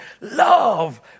Love